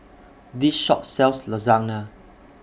This Shop sells Lasagna